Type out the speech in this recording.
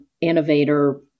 innovator